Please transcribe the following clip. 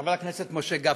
וחבר הכנסת משה גפני.